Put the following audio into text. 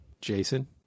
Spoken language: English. Jason